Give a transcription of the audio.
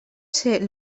ser